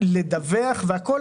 צריך לדווח כמובן,